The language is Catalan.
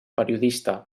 periodista